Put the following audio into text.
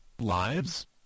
Lives